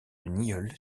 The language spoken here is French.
nieul